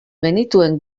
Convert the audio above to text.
genituen